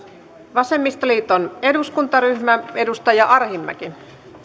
vasemmistoliiton eduskuntaryhmä edustaja arhinmäki